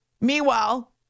Meanwhile